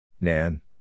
Nan